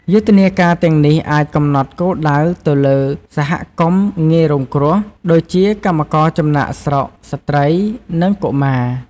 យុទ្ធនាការទាំងនេះអាចកំណត់គោលដៅទៅលើសហគមន៍ងាយរងគ្រោះ ដូចជាកម្មករចំណាកស្រុក ស្ត្រី និងកុមារ។